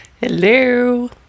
Hello